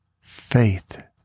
faith